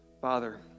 Father